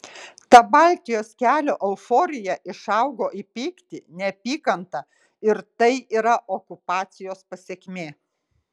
ta baltijos kelio euforija išaugo į pyktį neapykantą ir tai yra okupacijos pasekmė